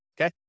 okay